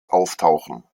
auftauchen